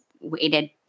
waited